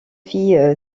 fille